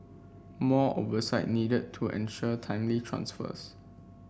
more oversight needed to ensure timely transfers